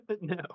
No